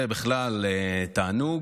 זה בכלל תענוג,